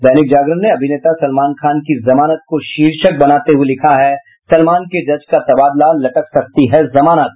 दैनिक जागरण ने अभिनेता सलमान खान की जमानत को शीर्षक बनाते हुये लिखा है सलमान के जज का तबादला लटक सकती है जमानत